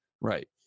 Right